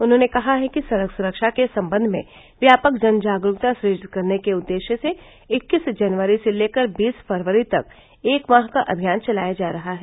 उन्होंने कहा है कि सड़क सुरक्षा के सम्बन्ध में व्यापक जन जागरूकता सृजित करने के उद्देश्य से इक्कीस जनवरीसे लेकर बीस फरवरी तक एक माह का अभियान चलाया जा रहा है